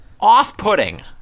Off-putting